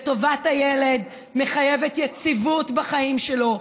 וטובת הילד מחייבת יציבות בחיים שלו,